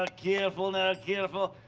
ah careful now, careful.